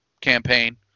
campaign